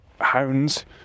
hounds